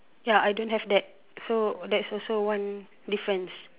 ya I don't have that so that's also one difference